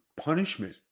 punishment